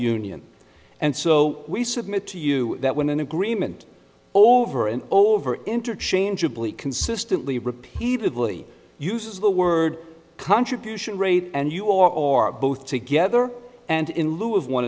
union and so we submit to you that when an agreement over and over interchangeably consistently repeatedly uses the word contribution rate and you are or both together and in lieu of one